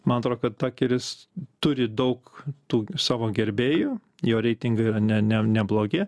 man atrodo kad takeris turi daug tų savo gerbėjų jo reitingai yra ne ne neblogi